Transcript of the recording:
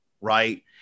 right